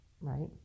right